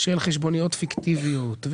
חשבוניות פיקטיביות.